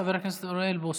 חבר הכנסת אוריאל בוסו.